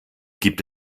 gibt